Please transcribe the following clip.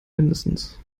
mindestens